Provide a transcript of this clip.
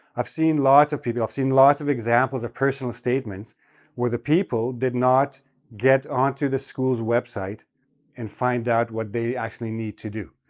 i've seen lots of people i've seen lots of examples of personal statements where the people did not get onto the school's website and find out what they actually need to do.